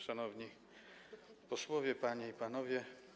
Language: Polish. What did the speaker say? Szanowni Posłowie, Panie i Panowie!